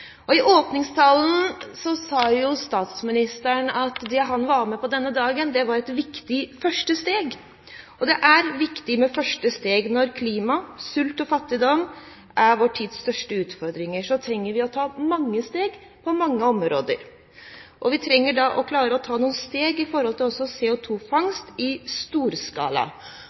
I åpningstalen sa statsministeren at det han var med på denne dagen, var et viktig første steg. Det er viktig med første steg. Når klima, sult og fattigdom er vår tids største utfordringer, trenger vi å ta mange steg på mange områder. Vi